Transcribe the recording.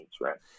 right